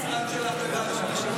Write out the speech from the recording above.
אבל את, בהצעת החוק שלו.